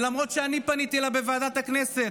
ולמרות שאני פניתי אליו בוועדת הכנסת,